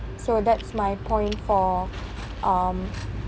so that's my point for um